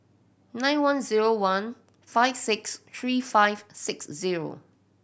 nine one zero one five six three five six zero